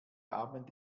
abend